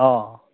অঁ